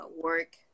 work